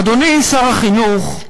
אדוני שר החינוך,